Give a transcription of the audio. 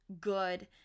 good